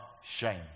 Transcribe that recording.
shame